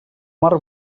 mar